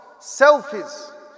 Selfies